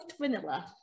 vanilla